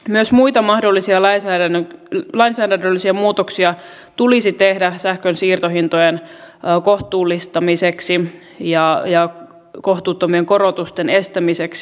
myös muita mahdollisia lainsäädännöllisiä muutoksia tulisi tehdä sähkön siirtohintojen kohtuullistamiseksi ja kohtuuttomien korotusten estämiseksi